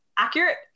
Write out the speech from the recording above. Accurate